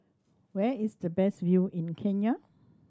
where is the best view in Kenya